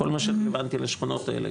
כל מה שרלוונטי לשכונות האלה,